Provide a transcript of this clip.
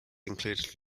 included